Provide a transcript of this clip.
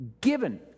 Given